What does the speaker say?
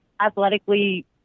athletically